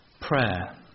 prayer